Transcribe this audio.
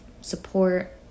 support